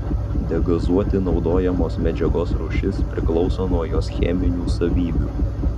degazuoti naudojamos medžiagos rūšis priklauso nuo jos cheminių savybių